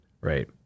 right